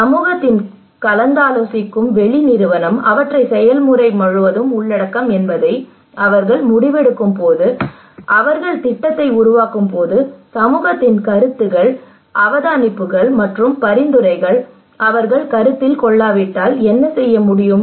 சமூகத்துடன் கலந்தாலோசிக்கும் வெளி நிறுவனம் அவற்றை செயல்முறை முழுவதும் உள்ளடக்கும் என்பதையும் அவர்கள் முடிவெடுக்கும் போது அவர்கள் திட்டத்தை உருவாக்கும் போது சமூகத்தின் கருத்துகள் அவதானிப்புகள் மற்றும் பரிந்துரைகள் அவர்கள் கருத்தில் கொள்ளாவிட்டால் என்ன செய்ய முடியும்